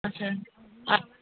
আচ্ছা